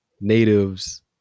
natives